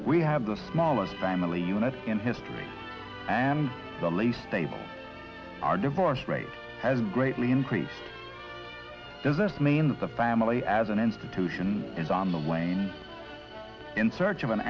we have the smallest family unit in history and the least stable our divorce rate has greatly increased does this mean that the family as an institution is on the wane in search of an